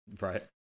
right